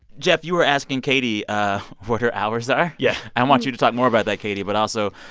geoff, you were asking katie what her hours are yeah i want you to talk more about that, katie, but also,